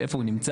ואיפה הוא נמצא.